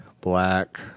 Black